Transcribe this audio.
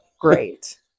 great